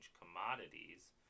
commodities